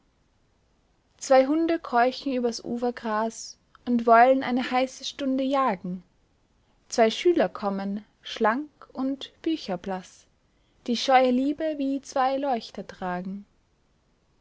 zwei hunde keuchen übers ufergras und wollen eine heiße stunde jagen zwei schüler kommen schlank und bücher blaß die scheue liebe wie zwei leuchter tragen